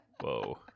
Whoa